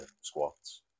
squats